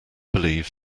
believe